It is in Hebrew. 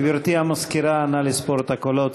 גברתי המזכירה, נא לספור את הקולות.